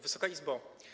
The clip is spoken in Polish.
Wysoka Izbo!